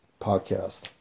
podcast